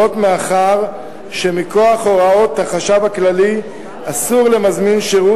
מאחר שמכוח הוראות החשב הכללי אסור למזמין שירות